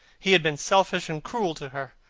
he had been selfish and cruel to her.